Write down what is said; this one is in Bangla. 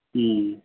হুম